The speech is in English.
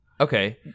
Okay